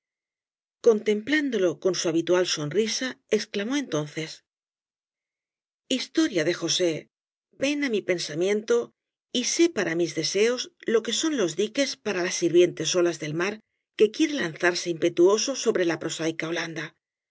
contemplándolo con su habitual sonrisa exclamó entonces historia de josé ven á mi pensamiento y sé para mis deseos lo que son los diques para las hirvientes olas del mar que quiere lanzarse impetuoso sobre la prosaica holanda